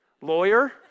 Lawyer